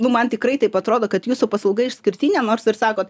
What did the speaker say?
nu man tikrai taip atrodo kad jūsų paslauga išskirtinė nors ir sakot